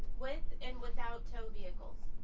with and without tow vehicles?